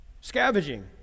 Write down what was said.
Scavenging